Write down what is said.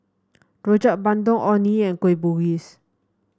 Rojak Bandung Orh Nee and Kueh Bugis